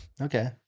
Okay